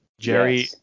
Jerry